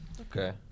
okay